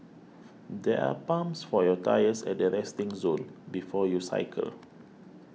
there are pumps for your tyres at the resting zone before you cycle